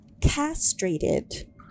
castrated